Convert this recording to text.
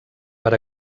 per